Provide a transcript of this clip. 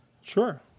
Sure